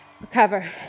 Recover